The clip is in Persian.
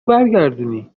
برگردونی